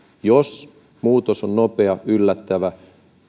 jos muutos on nopea yllättävä